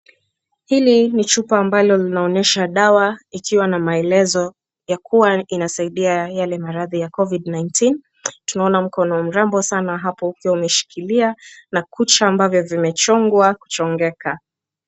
Hili ni chupa ambalo linaonyesha dawa ikiwa na maelezo yakuwa inasaidia yale maradhi ya covid-19 , naona mkono mrembo sana hapo ukiwa umeshikilia na kucha ambazo zimechongwa kuchongeka.